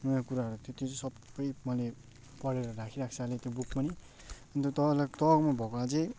नयाँ कुराहरू थियो त्यो चाहिँ सबै मैले पढेर राखिरहेको छु अहिले त्यो बुक पनि अन्त तपाईँलाई तपाईँकोमा भएको अझै